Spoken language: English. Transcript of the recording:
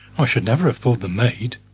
i should never have thought the maid.